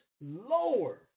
lower